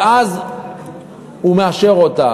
ואז הוא מאשר אותה.